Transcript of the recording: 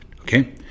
Okay